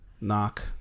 Knock